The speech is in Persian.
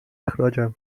اخراجم